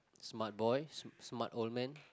smart boy s~ smart old man